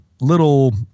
little